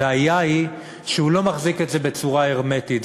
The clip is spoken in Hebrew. הבעיה היא שהוא לא מחזיק את זה בצורה הרמטית,